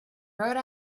rode